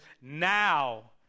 Now